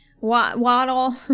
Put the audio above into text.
Waddle